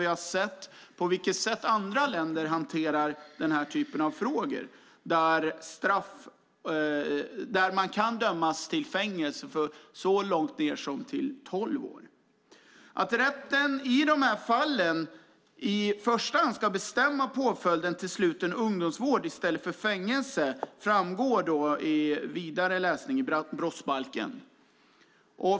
Vi har då sett på vilket sätt andra länder hanterar den här typen av frågor - unga så långt ned som till tolv års ålder kan dömas till fängelse. Att rätten i de här fallen i första hand ska bestämma att påföljden ska vara sluten ungdomsvård i stället för fängelse framgår vid vidare läsning i brottsbalken.